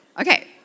Okay